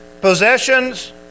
possessions